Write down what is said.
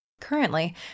Currently